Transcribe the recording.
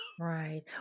Right